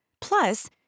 Plus